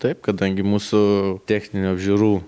taip kadangi mūsų techninių apžiūrų